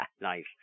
Nice